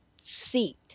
seat